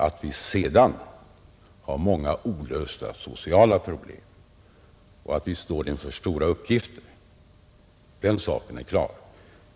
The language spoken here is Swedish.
Att vi sedan har många olösta sociala problem och att vi står inför stora uppgifter, den saken är klar.